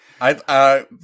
I-